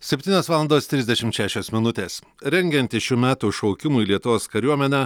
septynios valandos trisdešimt šešios minutės rengiantis šių metų šaukimui į lietuvos kariuomenę